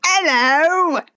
Hello